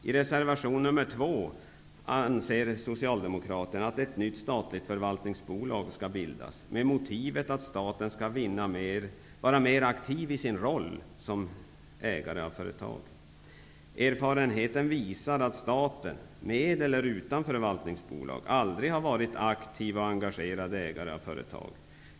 I reservation nr 2 anser Socialdemokraterna att ett nytt statligt förvaltningsbolag skall bildas med syftet att staten skall vara mer aktiv i sin roll som ägare av företag. Erfarenheten visar att staten -- med eller utan förvaltningsbolag -- aldrig har varit en aktiv och engagerad ägare av företag.